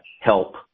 help